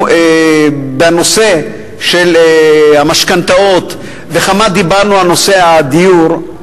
בנושא של המשכנתאות וכמה דיברנו על נושא הדיור,